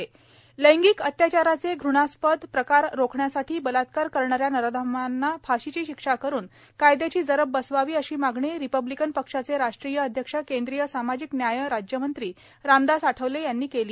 आठवले लैंगिक अत्याचाराचे घुणास्पद प्रकार रोखण्यासाठी बलात्कार करणाऱ्या नराधमांना फाशीची शिक्षा करुन कायदयाची जरब बसवावी अशी मागणी रिपब्लिकन पक्षाचे राष्ट्रीय अध्यक्ष केंद्रीय सामाजिक न्याय राज्यमंत्री रामदास आठवले यांनी केली